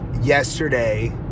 yesterday